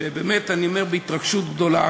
שאני באמת אומר בהתרגשות גדולה,